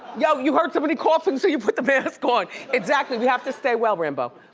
yeah you heard somebody coughing so you put the mask on. exactly, we have to stay well, rambo.